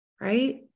right